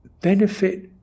benefit